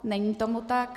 Není tomu tak.